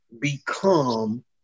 become